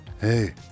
Hey